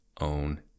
own